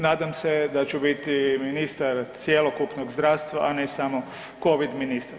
Nadam se da ću biti ministar cjelokupnog zdravstva, a ne samo Covid ministar.